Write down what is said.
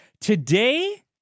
today